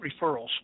referrals